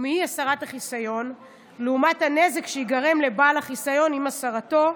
מאי-הסרת החיסיון לעומת הנזק שייגרם לבעל החיסיון עם הסרתו.